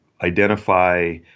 identify